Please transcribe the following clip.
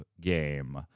game